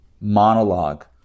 monologue